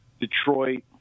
Detroit